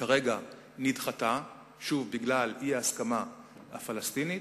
כרגע נדחתה, שוב, בגלל אי-הסכמה פלסטינית.